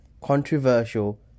controversial